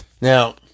Now